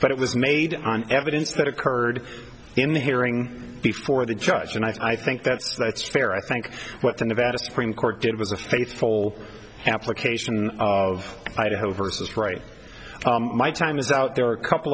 but it was made on evidence that occurred in the hearing before the judge and i think that's that's fair i think what the nevada supreme court did was a faithful application of idaho versus right my time is out there a couple